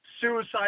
suicide